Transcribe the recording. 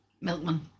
Milkman